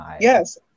Yes